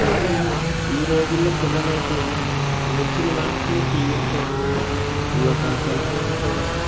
కానీ ఈ రోజుల్లో పిల్లలైతే వచ్చిన వెంటనే టీవీలు చూడడం ఈ యొక్కసెల్ఫోన్లు చూడడం